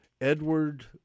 Edward